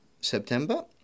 September